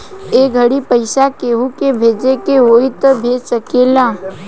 ए घड़ी पइसा केहु के भेजे के होई त भेज सकेल